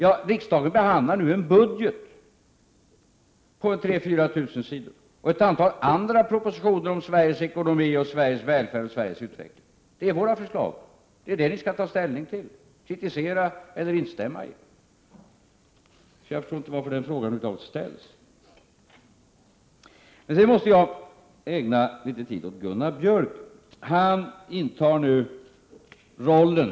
Riksdagen behandlar ju nu en budgetproposition på 3 0004 000 sidor och ett antal andra propositioner om Sveriges ekonomi, välfärd och utveckling. Detta är våra förslag. Det är dem ni skall ta ställning till, kritisera eller instämma i. Jag förstår därför inte varför den frågan över huvud taget ställs. Jag måste ägna litet tid åt Gunnar Björk.